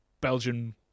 Belgian